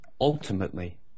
Ultimately